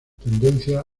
tendencia